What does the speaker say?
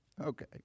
okay